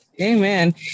Amen